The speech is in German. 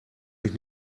mich